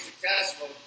successful